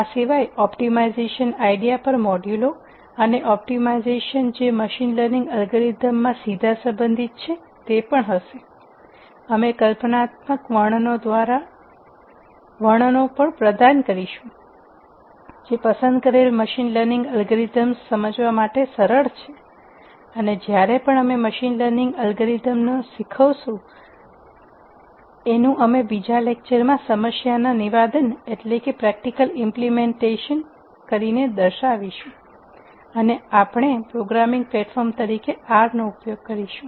આ સિવાય optimisation idea પર મોડ્યુલો અને ઓપ્ટિમાઇઝેશન જે મશીન લર્નિંગ એલ્ગોરિધમ્સમાં સીધા સંબંધિત છે તે પણ હશે અમે કલ્પનાત્મક વર્ણનો પણ પ્રદાન કરીશું જે પસંદ કરેલ મશીન લર્નિંગ એલ્ગોરિધમ્સ સમજવા માટે સરળ છે અને જ્યારે પણ અમે મશીન લર્નિંગ અલ્ગોરિધમનો શીખવીશું એનું અમે બીજા લેક્ચર માં સમસ્યા નિવેદન અમલીકરણ દર્શાવીશું અને આપણે પ્રોગ્રામિંગ પ્લેટફોર્મ તરીકે આર નો ઉપયોગ કરીશું